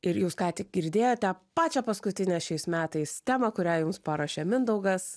ir jūs ką tik girdėjote pačią paskutinę šiais metais temą kurią jums paruošė mindaugas